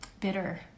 bitter